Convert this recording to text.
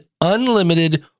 unlimited